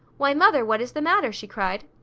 why, mother, what is the matter? she cried.